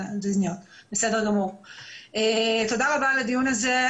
תודה רבה על הדיון הזה.